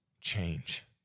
change